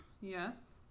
Yes